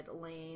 lane